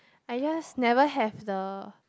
I just never have the